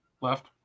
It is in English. Left